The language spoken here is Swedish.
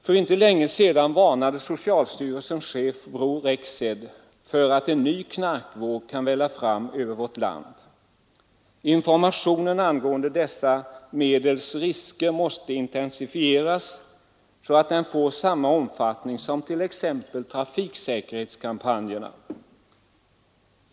För inte länge sedan varnade socialstyrelsens chef Bror Rexed för att en ny knarkvåg kan välla fram över vårt land. Informationen angående dessa medels risker måste intensifieras så att den får samma omfattning som t.ex. trafiksäkerhetskampanjerna.